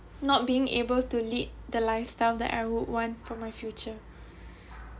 not being able to lead the lifestyle that I would want for my future